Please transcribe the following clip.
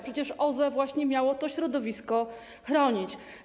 Przecież OZE właśnie miało to środowisko chronić.